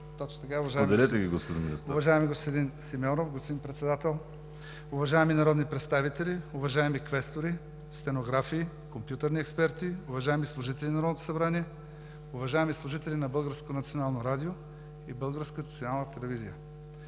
ДИМИТРОВ: Уважаеми господин Симеонов – господин Председател, уважаеми народни представители, уважаеми квестори, стенографи, компютърни експерти, уважаеми служители на Народното събрание, уважаеми служители на Българското